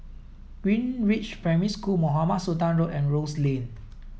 Greenridge Primary School Mohamed Sultan Road and Rose Lane